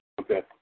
Okay